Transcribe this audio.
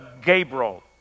Gabriel